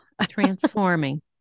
Transforming